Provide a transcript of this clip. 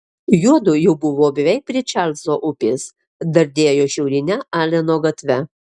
juodu jau buvo beveik prie čarlzo upės dardėjo šiaurine aleno gatve